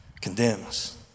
condemns